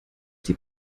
die